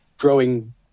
growing